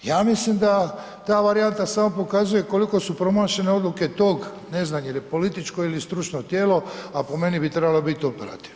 Ja mislim da ta varijanta samo pokazuje koliko su promašene odluke tog ne znam jel je političko ili stručno tijelo, a po meni bi trebalo biti operativno.